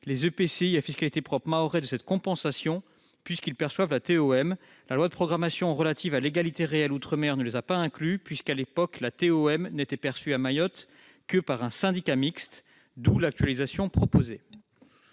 les EPCI à fiscalité propre mahorais de cette compensation, puisqu'ils perçoivent la TEOM. La loi de programmation relative à l'égalité réelle outre-mer ne les avait pas inclus, car, à l'époque, la TEOM n'était perçue que par un syndicat mixte à Mayotte, d'où l'actualisation proposée.